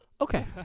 Okay